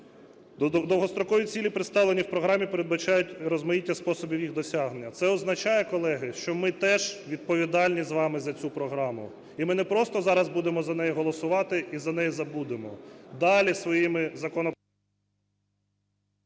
Довгострокові цілі, представлені в програмі, передбачають розмаїття способів їх досягнення. Це означає, колеги, що ми теж відповідальні з вами за цю програму. І ми не просто зараз будемо за неї голосувати і за неї забудемо. Далі своїми законопроектами…